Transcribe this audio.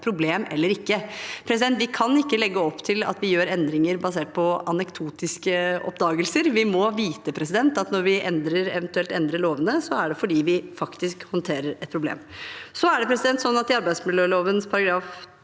Vi kan ikke legge opp til at vi gjør endringer basert på anekdotiske oppdagelser. Vi må vite at når vi eventuelt endrer lovene, er det fordi vi faktisk håndterer et problem. Så er det sånn at i arbeidsmiljøloven §